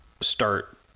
start